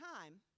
time